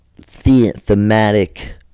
Thematic